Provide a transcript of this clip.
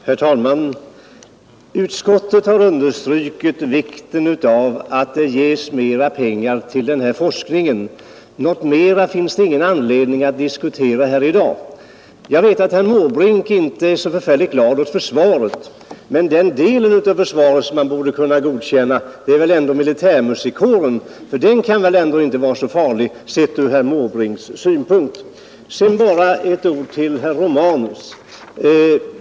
Herr talman! Utskottet har understrukit vikten av att det ges mera pengar till den forskning det nu gäller. Något mera finns det ingen anledning att diskutera här i dag. Jag vet att herr Måbrink inte är så glad åt försvaret, men militärmusikkåren är väl ändå en del av detta som han borde kunna godkänna. Den kan väl ändå inte vara så farlig ur herr Måbrinks synpunkt. Sedan bara ytterligare några ord till herr Romanus.